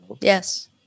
Yes